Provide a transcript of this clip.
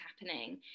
happening